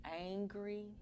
angry